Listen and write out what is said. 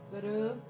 guru